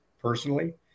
personally